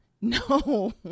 No